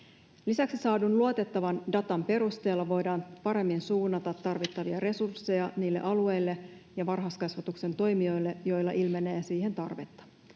Lisäksi saadun luotettavan datan perusteella voidaan paremmin suunnata tarvittavia resursseja niille alueille ja varhaiskasvatuksen toimijoille, joilla ilmenee siihen tarvetta.